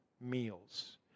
meals